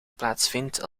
plaatsvindt